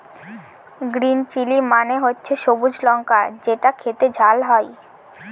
green chilli মানে হচ্ছে সবুজ লঙ্কা যেটা খেতে ঝাল হয়